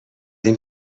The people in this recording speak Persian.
این